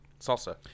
salsa